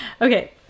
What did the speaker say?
Okay